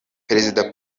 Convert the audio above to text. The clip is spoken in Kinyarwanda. perezida